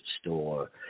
store